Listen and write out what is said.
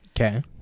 Okay